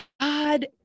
god